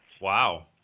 Wow